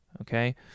okay